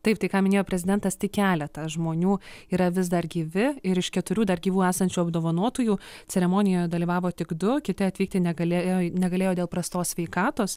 taip tai ką minėjo prezidentas tik keletą žmonių yra vis dar gyvi ir iš keturių dar gyvų esančių apdovanotųjų ceremonijoje dalyvavo tik du kiti atvykti negalėjo negalėjo dėl prastos sveikatos